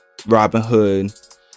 Robinhood